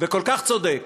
וכל כך צודק